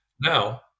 Now